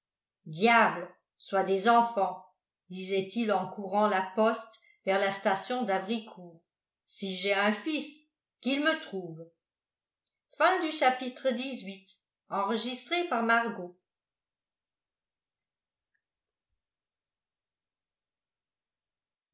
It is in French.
diable soit des enfants disait-il en courant la poste vers la station d'avricourt si j'ai un fils qu'il me trouve xix